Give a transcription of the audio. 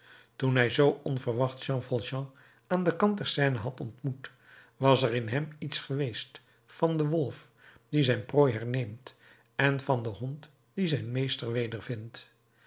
toen hij zoo onverwacht jean valjean aan den kant der seine had ontmoet was er in hem iets geweest van den wolf die zijn prooi herneemt en van den hond die zijn meester